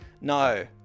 No